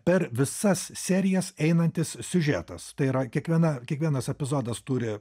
per visas serijas einantis siužetas tai yra kiekviena kiekvienas epizodas turi